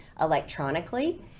electronically